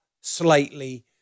slightly